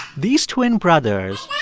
these twin brothers.